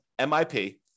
MIP